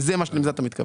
אם זה אתה מתכוון.